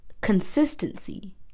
consistency